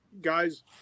guys